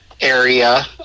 area